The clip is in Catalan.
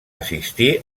assistir